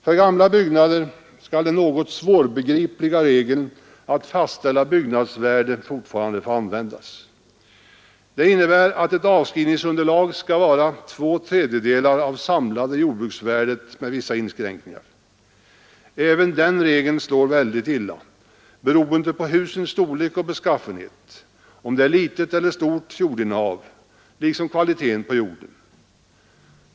För gamla byggnader skall den något svårbegripliga regeln att fastställa byggnadsvärde fortfarande få användas. Den innebär att avskrivningsunderlaget skall vara två tredjedelar av det samlade jordbruksvärdet med vissa inskränkningar. Även den regeln slår väldigt olika beroende på husens storlek och beskaffenhet, litet eller stort jordinnehav och kvaliteten på jorden.